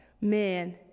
man